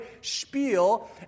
spiel